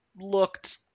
looked